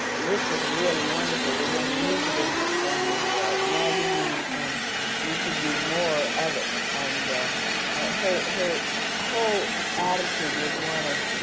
this is really wonderful. we're going to use it in in the magazine, and you should do more of it. and ah her her whole attitude was one of